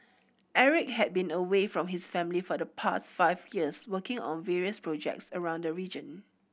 Eric had been away from his family for the past five years working on various projects around the region